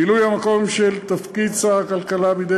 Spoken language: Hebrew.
מילוי המקום של תפקיד שר הכלכלה בידי